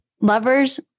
lovers